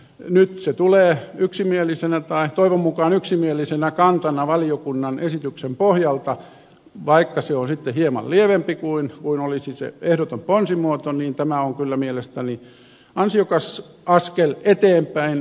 nyt se tulee yksimielisenä tai toivon mukaan yksimielisenä kantana valiokunnan esityksen pohjalta ja vaikka se on sitten hieman lievempi kuin olisi se ehdoton ponsimuoto niin tämä on kyllä mielestäni ansiokas askel eteenpäin